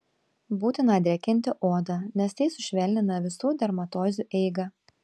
būtina drėkinti odą nes tai sušvelnina visų dermatozių eigą